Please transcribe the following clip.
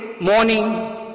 morning